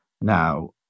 now